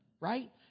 right